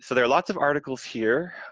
so there are lots of articles here.